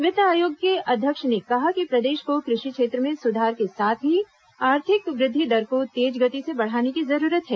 वित्त आयोग के अध्यक्ष ने कहा कि प्रदेश को कृषि क्षेत्र में सुधार के साथ ही आर्थिक वृद्धि दर को तेज गति से बढ़ाने की जरूरत है